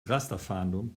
rasterfahndung